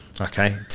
Okay